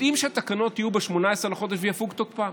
יודעים שהתקנות יהיו עד 18 לחודש ויפוג תוקפן.